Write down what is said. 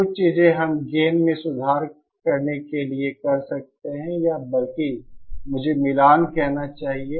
कुछ चीजें हम गेन में सुधार करने के लिए कर सकते हैं या बल्कि मुझे मिलान कहना चाहिए